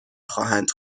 خواهند